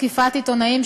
תקיפת עיתונאים),